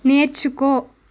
నేర్చుకో